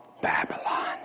Babylon